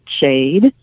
shade